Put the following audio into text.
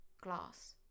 Glass